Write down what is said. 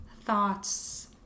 thoughts